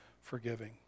forgiving